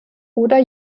oder